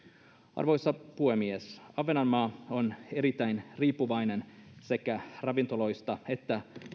arvoisa puhemies ahvenanmaa on erittäin riippuvainen sekä ravintoloista että